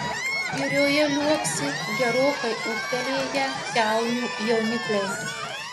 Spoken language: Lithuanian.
girioje liuoksi gerokai ūgtelėję kiaunių jaunikliai